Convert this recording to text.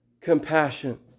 compassion